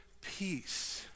peace